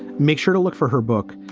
make sure to look for her book.